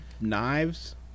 Knives